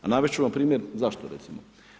A navesti ću vam primjer zašto recimo.